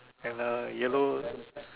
and a yellow